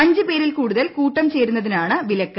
അഞ്ച് പേരിൽ കൂടുതൽ കൂട്ടം ചേരുന്നതിനാണ് വിലക്ക്